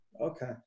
okay